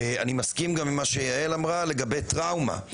אני מסכים גם עם מה שיעל אמרה לגבי טראומה,